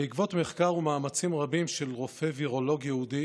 בזכות מחקר ומאמצים רבים של רופא וירולוג יהודי,